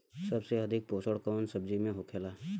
सबसे अधिक पोषण कवन सब्जी में होखेला?